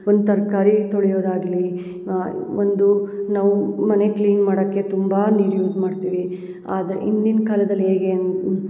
ಒಂದು ತರಕಾರಿ ತೊಳೆಯೋದಾಗಲಿ ಒಂದು ನಾವು ಮನೆ ಕ್ಲೀನ್ ಮಾಡಕೆ ತುಂಬ ನೀರು ಯೂಸ್ ಮಾಡ್ತೀವಿ ಆದರೆ ಹಿಂದಿನ ಕಾಲದಲ್ಲಿ ಹೇಗೆ ಅಂದು